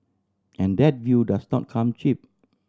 and that view does not come cheap